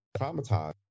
traumatized